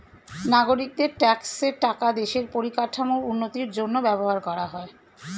নাগরিকদের ট্যাক্সের টাকা দেশের পরিকাঠামোর উন্নতির জন্য ব্যবহার করা হয়